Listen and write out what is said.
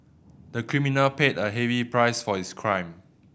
the criminal paid a heavy price for his crime